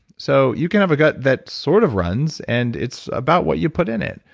so you can have a gut that sort of runs and it's about what you put in it.